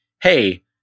Hey